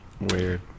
Weird